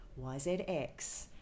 yzx